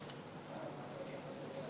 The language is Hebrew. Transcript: חברי חברי הכנסת,